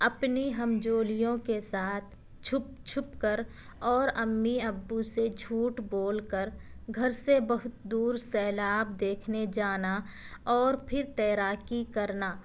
اپنی ہم جولیوں کے ساتھ چھپ چھپ کر اور امی ابو سے جھوٹ بول کر گھر سے بہت دور سیلاب دیکھنے جانا اور پھر تیراکی کرنا